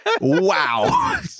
wow